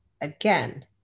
again